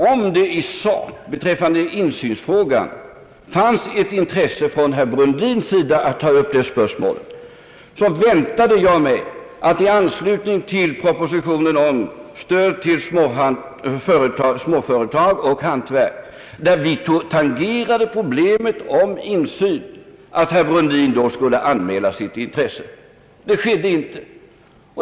Om herr Brundin haft ett intresse att i sak ta upp spörsmålet om insyn, kunde han ha anmält sitt intresse för det i anslutning till propositionen om stöd till småföretag och hantverk, där problemet tangerades. Detta skedde inte.